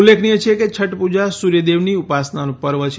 ઉલ્લેખનીય છે કે છઠ્ઠ પૂજા સૂર્યદેવની ઉપાસનાનું પર્વ છે